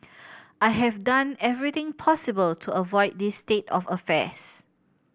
I have done everything possible to avoid this state of affairs